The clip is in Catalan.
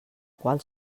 qual